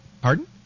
pardon